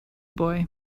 boy